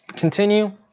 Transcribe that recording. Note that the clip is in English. continue.